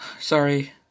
sorry